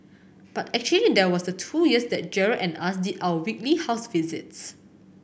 but actually there was the two years that Gerald and us did our weekly house visits